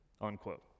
Unquote